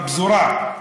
בפזורה.